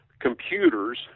computers